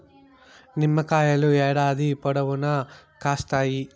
నిమ్మకాయలు ఏడాది పొడవునా కాస్తాయి